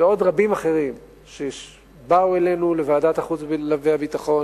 ועוד רבים אחרים שבאו אלינו לוועדת החוץ והביטחון,